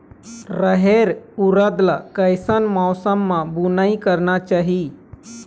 रहेर उरद ला कैसन मौसम मा बुनई करना चाही?